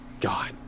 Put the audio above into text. God